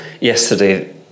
Yesterday